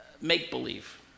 Make-believe